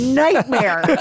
nightmare